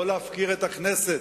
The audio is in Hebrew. לא להפקיר את הכנסת.